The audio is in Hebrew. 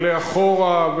ואחורה,